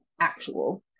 actual